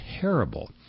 terrible